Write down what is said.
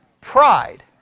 Pride